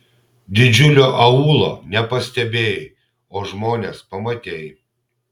didžiulio aūlo nepastebėjai o žmones pamatei